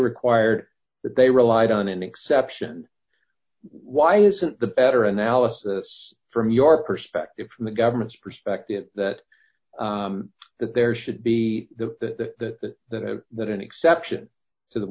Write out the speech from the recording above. require that they relied on an exception why isn't the better analysis from your perspective from the government's perspective that that there should be the that is that an exception to the